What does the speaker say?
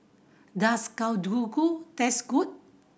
does Kalguksu taste good